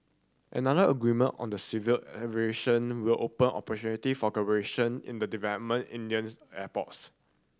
another agreement on the civil aviation will open opportunity for collaboration in development Indian airports